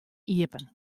iepen